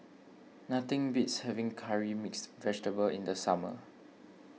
nothing beats having Curry Mixed Vegetable in the summer